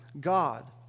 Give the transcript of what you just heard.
God